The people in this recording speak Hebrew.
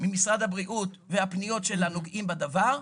ממשרד הבריאות והפניות של הנוגעים בדבר,